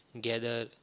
gather